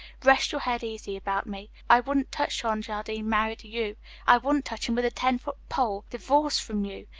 rest your head easy about me. i wouldn't touch john jardine married to you i wouldn't touch him with a ten-foot pole, divorced from you.